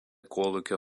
kolūkio